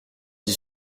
dit